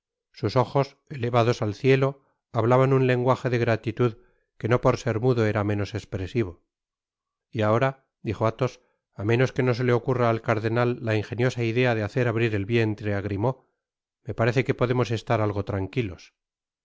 sus ojos elevados al cielo hablaban un lenguaje de gratitud que no por ser mudo era menos espresivo y ahora dijo athos á menos que no se le ocurra al cardenal la ingeniosa idea de hacer abrir el vientre á grimaud me parece que podemos estar algo tranquilos